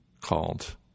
called